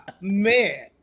man